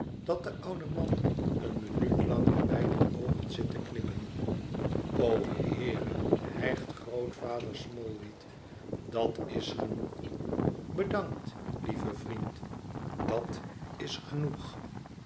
dat de oude man een minuut lang met beide oogen zit te knippen o heere hijgt grootvader smallweed dat is genoeg bedankt lieve vriend dat is genoeg